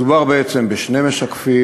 מדובר בעצם בשני משקפים,